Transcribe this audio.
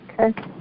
Okay